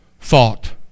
thought